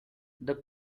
the